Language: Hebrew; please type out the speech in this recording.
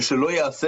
ושלא ייעשה